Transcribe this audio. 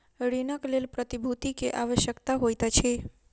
ऋणक लेल प्रतिभूति के आवश्यकता होइत अछि